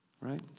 right